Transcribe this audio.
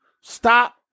Stop